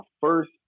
first